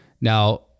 Now